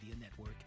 network